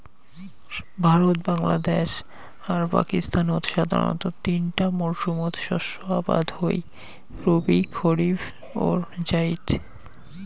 ভারত, বাংলাদ্যাশ আর পাকিস্তানত সাধারণতঃ তিনটা মরসুমত শস্য আবাদ হই রবি, খারিফ আর জাইদ